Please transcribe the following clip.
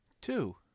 Two